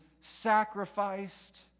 sacrificed